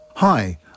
Hi